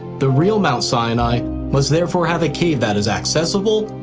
the real mount sinai must therefore have a cave that is accessible,